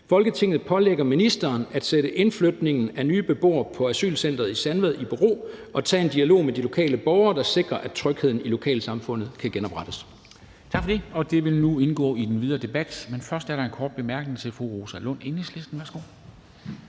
at vi pålægger ministeren at sætte indflytningen af nye beboere på asylcenteret i Sandvad i bero og tage en dialog med de lokale borgere, der sikrer, at trygheden i lokalsamfundet kan genoprettes.